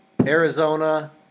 Arizona